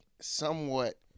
somewhat